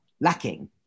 lacking